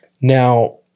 Now